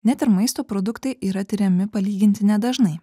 net ir maisto produktai yra tiriami palyginti nedažnai